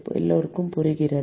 எல்லோருக்கும் புரியுமா